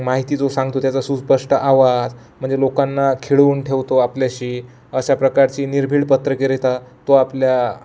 माहिती जो सांगतो त्याचा सुस्पष्ट आवाज म्हणजे लोकांना खिळवून ठेवतो आपल्याशी अशा प्रकारची निर्भीड पत्रकारिता तो आपल्या